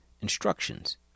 instructions